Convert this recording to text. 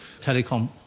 telecom